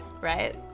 right